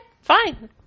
fine